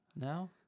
no